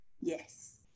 yes